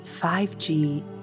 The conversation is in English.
5G